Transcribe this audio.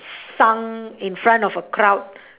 sung in front of a crowd